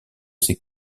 ses